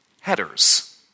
headers